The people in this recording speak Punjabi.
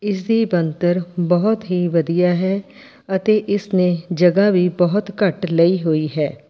ਇਸਦੀ ਬਣਤਰ ਬਹੁਤ ਹੀ ਵਧੀਆ ਹੈ ਅਤੇ ਇਸਨੇ ਜਗ੍ਹਾ ਵੀ ਬਹੁਤ ਘੱਟ ਲਈ ਹੋਈ ਹੈ